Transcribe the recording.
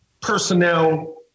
personnel